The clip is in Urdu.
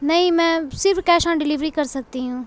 نہیں میں صرف کیش آن ڈلیوری کر سکتی ہوں